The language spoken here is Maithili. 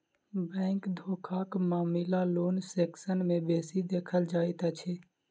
बैंक धोखाक मामिला लोन सेक्सन मे बेसी देखल जाइत अछि